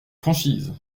franchise